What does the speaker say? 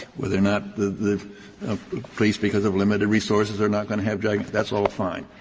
whether or not the police because of limited resources are not going to have like that's all fine.